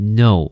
no